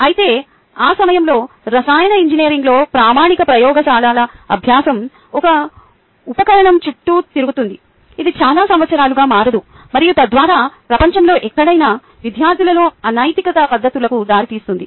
అయితే ఆ సమయంలో రసాయన ఇంజనీరింగ్లో ప్రామాణిక ప్రయోగశాల అభ్యాసం ఒక ఉపకరణం చుట్టూ తిరుగుతుంది ఇది చాలా సంవత్సరాలుగా మారదు మరియు తద్వారా ప్రపంచంలో ఎక్కడైనా విద్యార్థులలో అనైతిక పద్ధతులకు దారితీస్తుంది